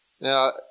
Now